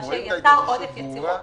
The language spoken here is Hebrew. מה שיצר עודף יציבות.